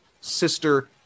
sister